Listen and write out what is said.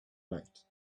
light